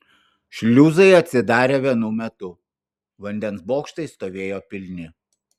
šliuzai atsidarė vienu metu vandens bokštai stovėjo pilni